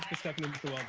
stepping into